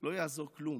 לא יעזור כלום,